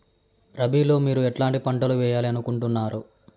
రబిలో మీరు ఎట్లాంటి పంటలు వేయాలి అనుకుంటున్నారు?